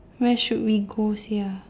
where should we go sia